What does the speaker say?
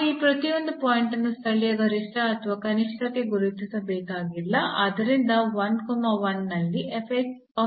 ನಾವು ಈ ಪ್ರತಿಯೊಂದು ಪಾಯಿಂಟ್ ಅನ್ನು ಸ್ಥಳೀಯ ಗರಿಷ್ಠ ಅಥವಾ ಕನಿಷ್ಠಕ್ಕೆ ಗುರುತಿಸಬೇಕಾಗಿಲ್ಲ